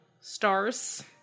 stars